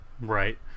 Right